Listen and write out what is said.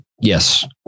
Yes